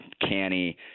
canny